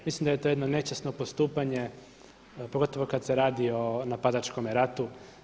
Mislim da je to jedno nečasno postupanje pogotovo kad se radi o napadačkome ratu.